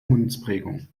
münzprägung